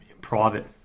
private